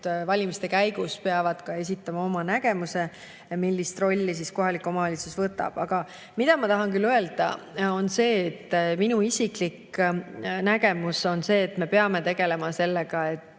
valimiste käigus peavad nad esitama oma nägemuse, millise rolli kohalik omavalitsus võtab. Aga ma tahan öelda, et minu isiklik nägemus on see, et me peame tegelema sellega, et